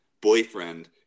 boyfriend